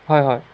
হয় হয়